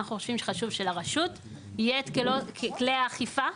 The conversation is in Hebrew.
אנחנו חושבים שחשוב שלרשות יהיו כלי אכיפה,